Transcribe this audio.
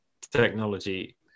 technology